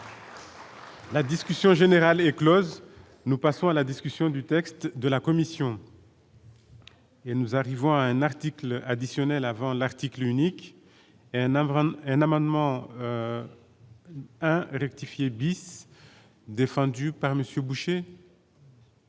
La discussion générale est Close, nous passons à la discussion du texte de la Commission. Et nous arrivons à un article additionnel avant l'article unique, un endroit, un amendement rectifier défendue par monsieur Boucher.